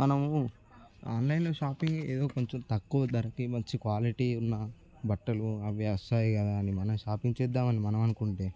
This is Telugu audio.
మనము ఆన్లైన్లో షాపింగ్ ఏదో కొంచెం తక్కువ ధరకి మంచి క్వాలిటీ ఉన్న బట్టలు అవి వస్తాయి కదా అని మనం షాపింగ్ చేద్దామని మనం అనుకుంటే